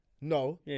No